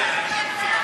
שלא מוכנים,